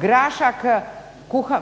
grašak